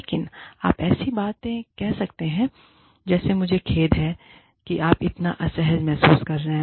लेकिन आप ऐसी बातें कह सकते हैं जैसे मुझे खेद है कि आप इतना असहज महसूस कर रहे हैं